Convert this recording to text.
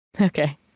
Okay